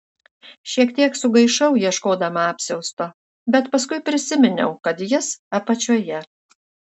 šiek tiek sugaišau ieškodama apsiausto bet paskui prisiminiau kad jis apačioje